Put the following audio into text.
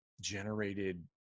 generated